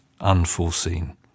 unforeseen